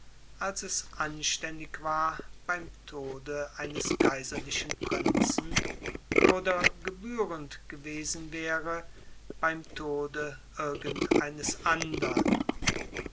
als es anständig war beim eines kaiserlichen prinzen oder gebührend beim irgend eines andern